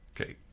Okay